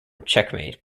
checkmate